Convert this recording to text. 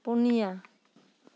ᱯᱩᱱᱤᱭᱟ